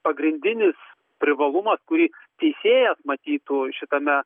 pagrindinis privalumas kurį teisėjas matytų šitame